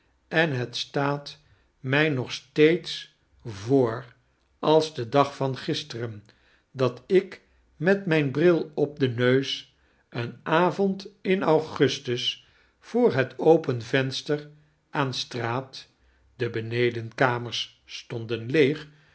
en het staat mj nog voor als de dag van gisteren dat ik met mtjn bril op den neus een avond in augustus voor het open venster aan straat de benedenkamers